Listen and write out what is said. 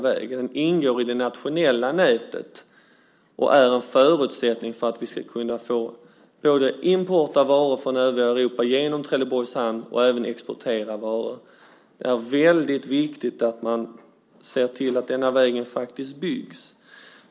Den ingår i det nationella nätet och är en förutsättning för att vi ska kunna få import av varor från övriga Europa genom Trelleborgs hamn och för att vi ska kunna exportera varor. Det är därför väldigt viktigt att man ser till att vägen faktiskt byggs.